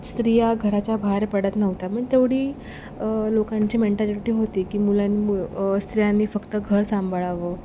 स्त्रिया घराच्या बाहेर पडत नव्हत्या मग तेवढी लोकांची मेंटॅलिटी होती की मुलांन् मं स्त्रियांनी फक्त घर सांभाळावं